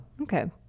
okay